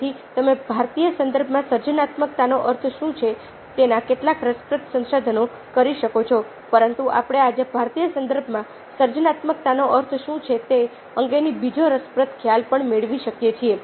તેથી તમે ભારતીય સંદર્ભમાં સર્જનાત્મકતાનો અર્થ શું છે તેના કેટલાક રસપ્રદ સંશોધનો કરી શકો છો પરંતુ આપણે આજે ભારતીય સંદર્ભમાં સર્જનાત્મકતાનો અર્થ શું છે તે અંગેનો બીજો રસપ્રદ ખ્યાલ પણ મેળવી શકીએ છીએ